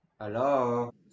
Hello